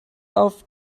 auf